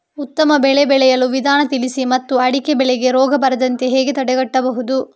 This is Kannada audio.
ಉತ್ತಮ ಬೆಳೆ ಬೆಳೆಯುವ ವಿಧಾನ ತಿಳಿಸಿ ಮತ್ತು ಅಡಿಕೆ ಬೆಳೆಗೆ ರೋಗ ಬರದಂತೆ ಹೇಗೆ ತಡೆಗಟ್ಟಬಹುದು?